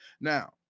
Now